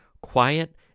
quiet